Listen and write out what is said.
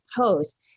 post